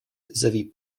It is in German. sowie